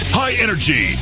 high-energy